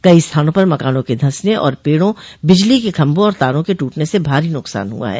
कई स्थानों पर मकानों के धसने और पेड़ों बिजली के खम्मों और तारों के टूटने से भारी नुकसान हुआ है